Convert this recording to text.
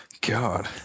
God